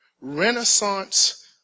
Renaissance